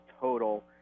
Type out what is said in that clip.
total